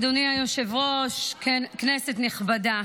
אדוני היושב-ראש, כנסת נכבדה,